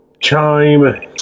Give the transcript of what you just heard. Chime